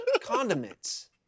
condiments